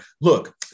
look